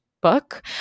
book